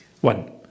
One